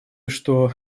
что